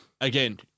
Again